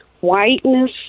Whiteness